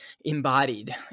embodied